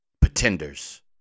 Pretenders